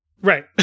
Right